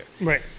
Right